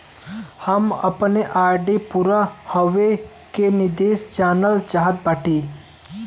हम अपने आर.डी पूरा होवे के निर्देश जानल चाहत बाटी